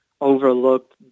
overlooked